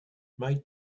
might